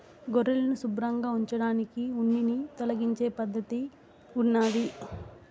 గొర్రెలను శుభ్రంగా ఉంచడానికి ఉన్నిని తొలగించే పద్ధతి ఉన్నాది